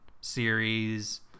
series